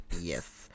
Yes